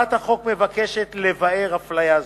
הצעת החוק מבקשת לבער אפליה זאת.